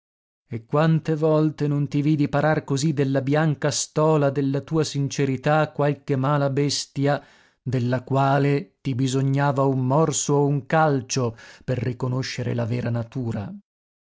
e quante volte non ti vidi parar così della bianca stola della tua sincerità qualche mala bestia della quale ti bisognava un morso o un calcio per riconoscere la vera natura